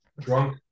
drunk